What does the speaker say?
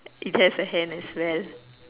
it has a hand as well